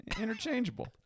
interchangeable